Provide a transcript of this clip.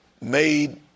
made